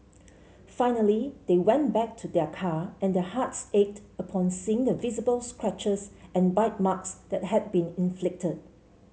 finally they went back to their car and their hearts ached upon seeing the visible scratches and bite marks that had been inflicted